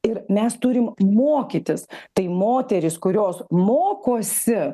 ir mes turim mokytis tai moterys kurios mokosi